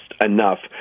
enough